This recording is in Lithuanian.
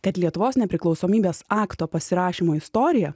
kad lietuvos nepriklausomybės akto pasirašymo istorija